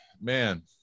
man